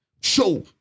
Show